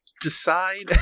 decide